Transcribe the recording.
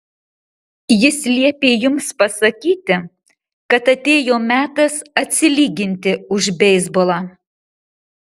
jis liepė jums pasakyti kad atėjo metas atsilyginti už beisbolą